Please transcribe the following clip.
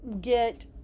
get